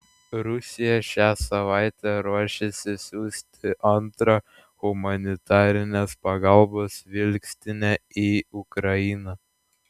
rusija šią savaitę ruošiasi siųsti antrą humanitarinės pagalbos vilkstinę į ukrainą